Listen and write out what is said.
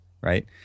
right